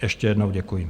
Ještě jednou děkuji.